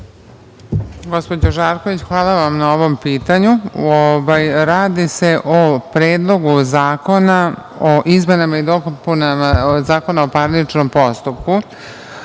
Gospođo Žarić, hvala vam na ovom pitanju. Radi se o Predlogu zakona o izmenama i dopunama Zakona o parničnom postupku.